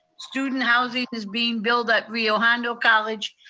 student housing is being built at rio hondo college,